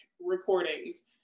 recordings